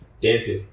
dancing